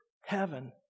heaven